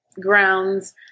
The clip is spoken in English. grounds